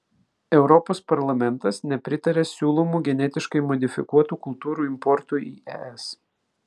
europos parlamentas nepritaria siūlomų genetiškai modifikuotų kultūrų importui į es